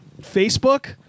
Facebook